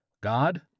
God